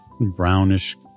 brownish